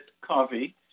coffee